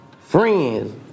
Friends